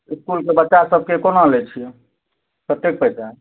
इसकुलके बच्चा सबके कोना लै छियै कतेक पैसा